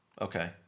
Okay